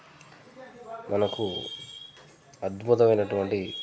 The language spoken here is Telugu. మనకు అద్భుతమైనటువంటి